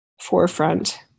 forefront